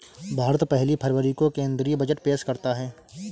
भारत पहली फरवरी को केंद्रीय बजट पेश करता है